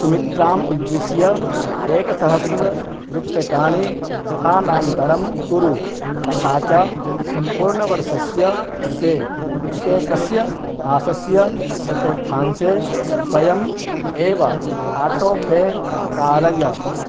सुमित्राम् उद्दिश्य एकसहस्ररूप्यकाणि स्थानान्तरं कुरु तथा च सम्पूर्णवर्षस्य कृते प्रत्येकस्य मासस्य चतुर्थांशे स्वयम् एव आटो पे कारय